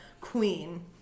queen